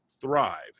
thrive